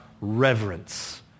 reverence